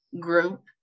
group